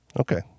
Okay